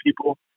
people